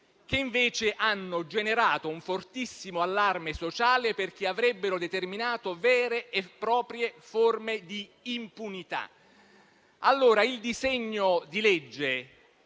che invece hanno generato un fortissimo allarme sociale, perché avrebbero determinato vere e proprie forme di impunità.